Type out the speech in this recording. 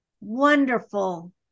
wonderful